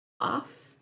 off